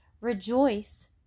rejoice